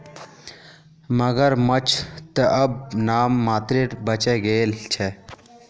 मगरमच्छ त अब नाम मात्रेर बचे गेल छ